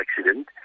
accident